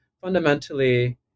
Fundamentally